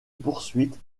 poursuite